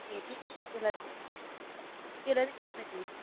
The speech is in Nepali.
रोटी त्यसलाई चाहिँ के बनाउँछौ त्यसलाई चाहिँ के बनाइदिने